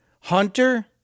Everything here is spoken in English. Hunter